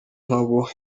nkabo